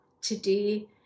today